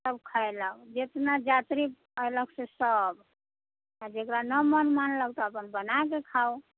सब खेलक जतना यात्री अएलक से सब जकरा नहि मोन मानलक तऽ अपन बनाकऽ खाउ